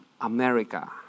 America